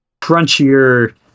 crunchier